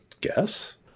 guess